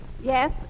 Yes